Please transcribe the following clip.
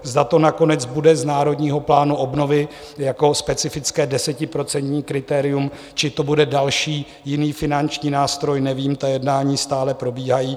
Zda to nakonec bude z Národního plánu obnovy jako specifické desetiprocentní kritérium, či to bude další jiný finanční nástroj, nevím, ta jednání stále probíhají.